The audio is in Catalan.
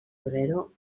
torero